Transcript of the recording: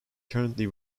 currently